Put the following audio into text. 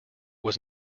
was